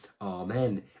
Amen